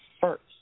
first